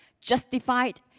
justified